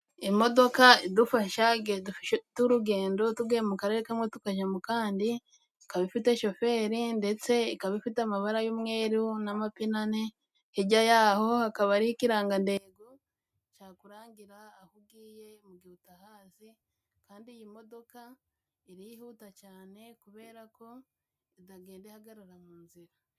Imodoka idufasha igihe dufite urugendo tugiye mu karere kamwe tukajya mu kandi, ikaba ifite shoferi ndetse ikaba ifite amabara y'umweru n'amapine ane. Hirya yaho hakaba hari ikirangandengo cyakurangira aho ugiye mu gihe utahazi, kandi iyi modoka irihuta cyane kubera ko itagenda ihagarara mu nzira.